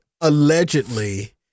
allegedly